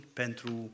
pentru